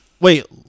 Wait